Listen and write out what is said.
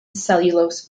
cellulose